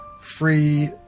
free